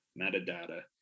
metadata